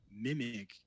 mimic